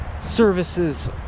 services